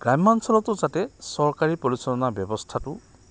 গ্ৰাম্যাঞ্চলতো যাতে চৰকাৰী পৰিচালনা ব্যৱস্থাটো